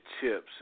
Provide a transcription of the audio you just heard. chips